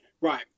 Right